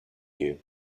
you